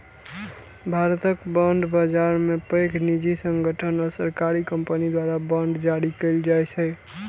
भारतक बांड बाजार मे पैघ निजी संगठन आ सरकारी कंपनी द्वारा बांड जारी कैल जाइ छै